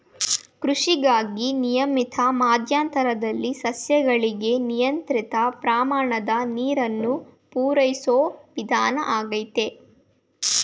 ಕೃಷಿಗಾಗಿ ನಿಯಮಿತ ಮಧ್ಯಂತರದಲ್ಲಿ ಸಸ್ಯಗಳಿಗೆ ನಿಯಂತ್ರಿತ ಪ್ರಮಾಣದ ನೀರನ್ನು ಪೂರೈಸೋ ವಿಧಾನ ಆಗೈತೆ